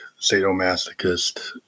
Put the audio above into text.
sadomasochist